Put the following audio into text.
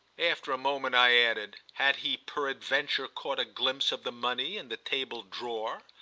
after a moment i added had he peradventure caught a glimpse of the money in the table-drawer?